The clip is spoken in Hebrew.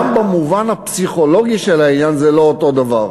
גם במובן הפסיכולוגי של העניין זה לא אותו דבר,